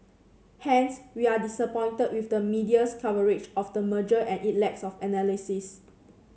hence we are disappointed with the media's coverage of the merger and it lacks of analysis